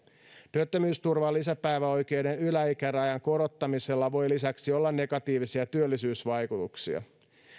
työttömyysturvan lisäpäiväoikeuden yläikärajan korottamisella voi lisäksi olla negatiivisia työllisyysvaikutuksia